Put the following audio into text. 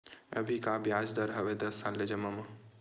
अभी का ब्याज दर हवे दस साल ले जमा मा?